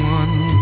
one